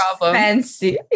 fancy